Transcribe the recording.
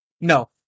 No